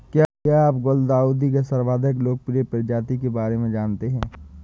क्या आप गुलदाउदी के सर्वाधिक लोकप्रिय प्रजाति के बारे में जानते हैं?